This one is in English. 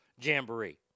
Jamboree